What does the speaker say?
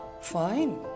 fine